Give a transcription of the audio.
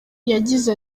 yagize